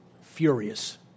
furious